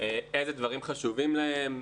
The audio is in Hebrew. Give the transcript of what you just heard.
אילו דברים חשובים להם.